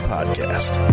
Podcast